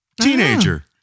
teenager